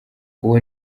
uwo